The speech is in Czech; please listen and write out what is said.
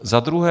Za druhé.